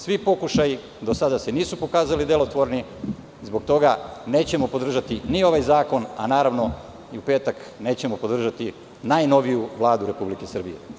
Svi pokušaji do sada se nisu pokazali delotvorni do sada i zbog toga nećemo podržati ni ovaj zakon, a ni u petak najnoviju Vladu Republike Srbije.